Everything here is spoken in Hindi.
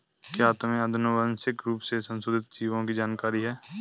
क्या तुम्हें आनुवंशिक रूप से संशोधित जीवों की जानकारी है?